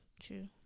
True